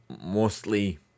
mostly